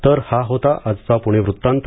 तर हा होता आजचा पुणे वृत्तांत